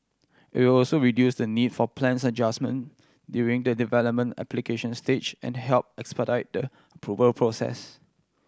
it will also reduce the need for plans adjustment during the development application stage and help expedite the approval process